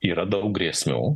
yra daug grėsmių